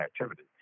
activity